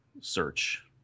search